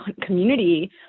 community